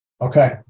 Okay